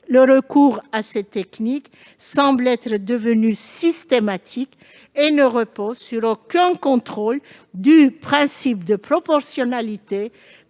Le recours à cette technique semble devenu systématique, tout en ne reposant sur aucun contrôle du principe de proportionnalité